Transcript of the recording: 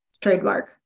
trademark